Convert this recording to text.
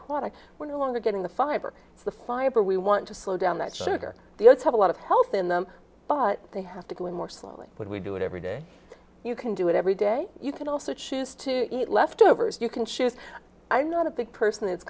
product we're no longer getting the fiber to the fiber we want to slow down that sugar the oats have a lot of help then them but they have to go in more slowly but we do it every day you can do it every day you can also choose to eat leftovers you can shift i'm not a big person it's